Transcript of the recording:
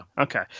Okay